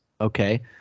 Okay